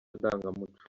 ndangamuco